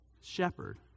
shepherd